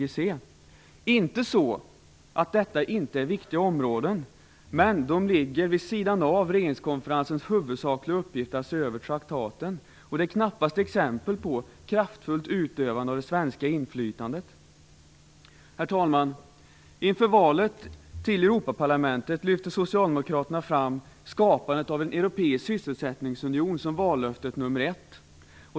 Det är inte så att detta inte är viktiga områden, men de ligger vid sidan av regeringskonferensens huvudsakliga uppgift att se över traktaten. Det är knappast exempel på kraftfullt utövande av det svenska inflytandet. Herr talman! Inför valet till Europaparlamentet lyfte Socialdemokraterna fram skapandet av en europeisk sysselsättningsunion som vallöftet nummer ett.